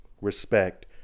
respect